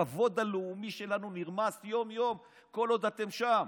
הכבוד הלאומי שלנו נרמס יום-יום כל עוד אתם שם.